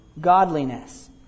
godliness